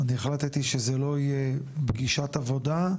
אני החלטתי שזה לא יהיה פגישת עבודה,